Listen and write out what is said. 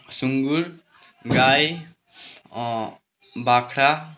सुँगुर गाई बाख्रा